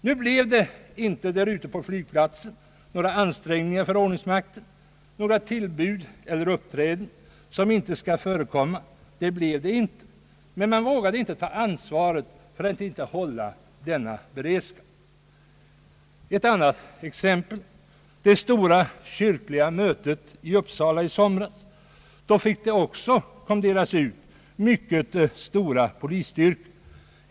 Nu blev det i verkligheten ute på flygplatsen inte några ansträngningar för ordningsmakten — det förekom inga tillbud eller uppträden, som inte skall förekomma, men man vågade inte ta ansvaret att underlåta att hålla en sådan beredskap. Låt mig anföra ett annat exempel. Till det stora kyrkliga mötet i Uppsala i somras fick det också kommenderas ut mycket stora polisstyrkor.